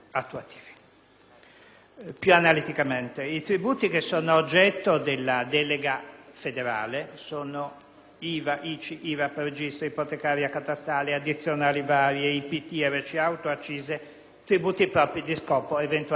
Più analiticamente, i tributi che sono oggetto della delega federale sono IVA, ICI, imposte di registro ipotecarie e catastali, addizionali varie, IPT, RC auto e accise, tributi propri di scopo eventualmente istituiti.